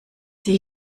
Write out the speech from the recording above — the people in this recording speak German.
sie